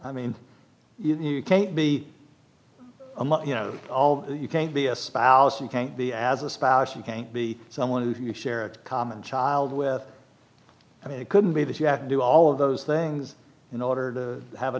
i mean you can't be a mother you know you can't be a spouse you can't be as a spouse you can't be someone who you share a common child with i mean it couldn't be that you have to do all of those things in order to have a